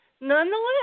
nonetheless